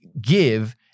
give